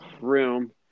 room